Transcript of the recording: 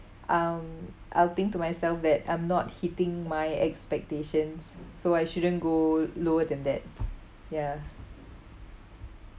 um I'll think to myself that I'm not hitting my expectations so I shouldn't go lower than that ya